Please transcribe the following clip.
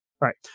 Right